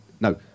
no